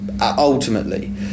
ultimately